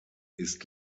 ist